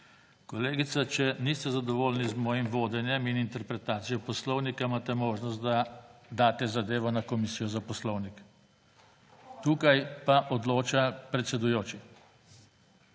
Kolegica, če niste zadovoljni z mojim vodenjem in interpretacijo poslovnika imate možnost, da daste zadevo na Komisijo za poslovnik. Tukaj pa odloča predsedujoči.